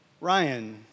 Ryan